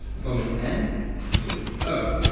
from an n to an o.